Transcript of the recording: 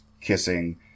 kissing